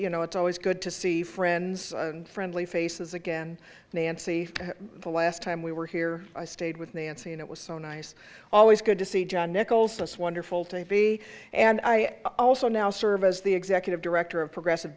you know it's always good to see friends friendly faces again nancy the last time we were here i stayed with nancy and it was so nice always good to see john nichols was wonderful to be and i also now serve as the executive director of progressive